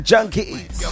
Junkies